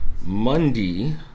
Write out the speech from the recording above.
Monday